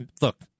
look